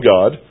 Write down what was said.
God